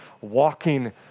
walking